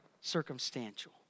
circumstantial